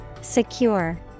Secure